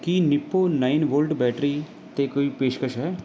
ਕੀ Nippo nine volt battery 'ਤੇ ਕੋਈ ਪੇਸ਼ਕਸ਼ ਹੈ